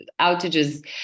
outages